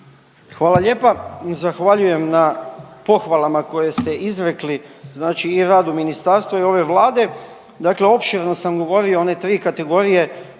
Hvala lijepa. Zahvaljujem na pohvalama koje ste izrekli znači i radu ministarstva i ove Vlade. Dakle opširno sam govorio o one 3 kategorije